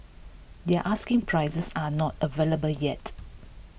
their asking prices are not available yet